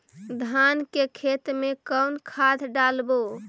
धान के खेत में कौन खाद डालबै?